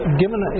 given